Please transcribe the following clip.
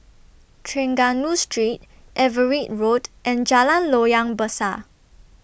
Trengganu Street Everitt Road and Jalan Loyang Besar